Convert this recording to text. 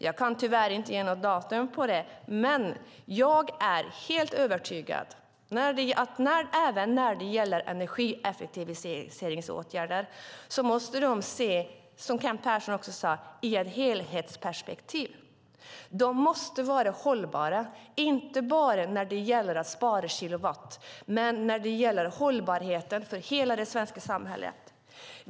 Jag kan tyvärr inte ge något datum för det, men jag är helt övertygad om att även energieffektiviseringsåtgärder måste ses i ett helhetsperspektiv, precis som Kent Persson sade. De måste vara hållbara inte bara när det gäller att spara kilowatt, utan det handlar också om hållbarheten för hela det svenska samhället.